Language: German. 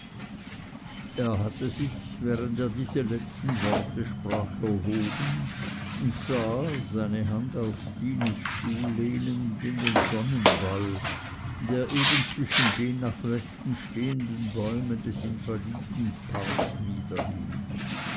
er hatte sich während er diese letzten worte sprach erhoben und sah seine hand auf stines stuhl lehnend in den sonnenball der eben zwischen den nach westen stehenden bäumen des invalidenparks niederging